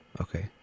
Okay